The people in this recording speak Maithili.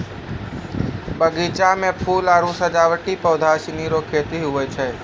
बगीचा मे फूल आरु सजावटी पौधा सनी रो खेती हुवै छै